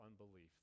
unbelief